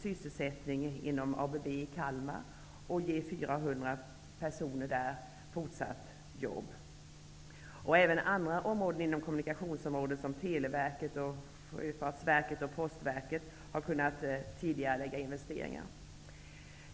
sysselsättning inom ABB i Kalmar kunde säkras och 400 personer där kunde få behålla sina jobb. Även andra verk inom kommunikationsområdet, såsom Televerket, Sjöfartsverket och Postverket, har kunnat tidigarelägga investeringar.